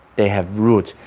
they have roots,